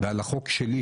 על החוק שלי,